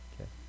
Okay